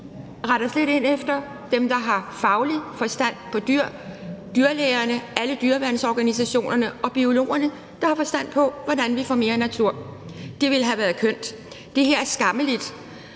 rette os lidt ind efter dem, der fagligt har forstand på dyr, dyrlægerne, alle dyreværnsorganisationerne og biologerne, der har forstand på, hvordan vi får mere natur? Det ville have været kønt, og det er skammeligt,